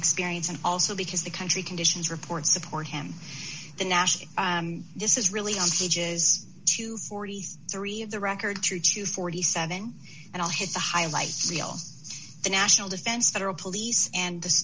experience and also because the country conditions reports support him the national this is really on stage is to forty three of the record through to forty seven and i'll hit the highlights real the national defense federal police and